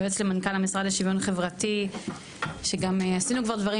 יועץ למנכ"ל המשרד לשוויון חברתי שגם עשינו כבר דברים